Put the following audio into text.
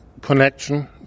connection